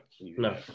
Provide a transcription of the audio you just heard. No